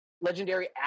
legendary